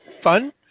fun